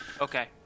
Okay